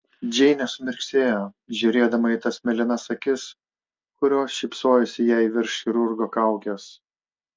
džeinė sumirksėjo žiūrėdama į tas mėlynas akis kurios šypsojosi jai virš chirurgo kaukės